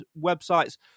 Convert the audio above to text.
websites